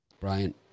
Brian